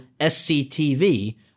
SCTV